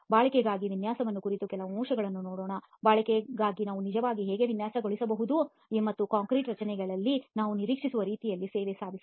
ಬಾಳಿಕೆಗಾಗಿ ವಿನ್ಯಾಸದ ಕುರಿತು ಕೆಲವು ಅಂಶಗಳನ್ನು ನೋಡೋಣ ಬಾಳಿಕೆಗಾಗಿ ನಾವು ನಿಜವಾಗಿ ಹೇಗೆ ವಿನ್ಯಾಸಗೊಳಿಸಬಹುದು ಮತ್ತು ಕಾಂಕ್ರೀಟ್ ರಚನೆಗಳಲ್ಲಿ ನಾವು ನಿರೀಕ್ಷಿಸುವ ರೀತಿಯ ಸೇವೆಯನ್ನು ಸಾಧಿಸಬಹುದು